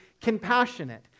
compassionate